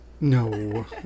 No